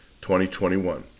2021